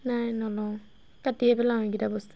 নাই নলওঁ কাটিয়ে পেলাওঁ এইকেইটা বস্তু